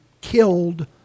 killed